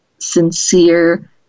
sincere